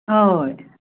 हय